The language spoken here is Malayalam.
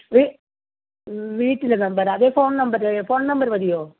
വീ വീട്ടിലെ നമ്പറോ അതോ ഫോൺ നമ്പറ് ഫോൺ നമ്പറ് മതിയോ